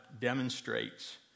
demonstrates